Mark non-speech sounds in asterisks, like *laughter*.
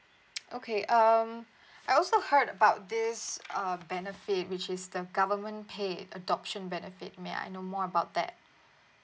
*noise* okay um I also heard about this uh benefit which is the government paid adoption benefit may I know more about that